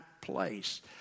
place